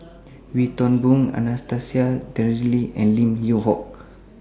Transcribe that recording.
Wee Toon Boon Anastasia Tjendri Liew and Lim Yew Hock